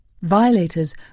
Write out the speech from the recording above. Violators